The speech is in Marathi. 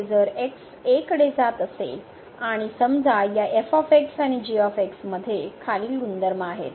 तर आपण हे जर x a कडे जात असेल आणि समजा या f आणि g मध्ये खालील गुणधर्म आहेत